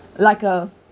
like a